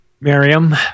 Miriam